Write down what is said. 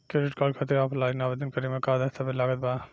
Credit card खातिर offline आवेदन करे म का का दस्तवेज लागत बा?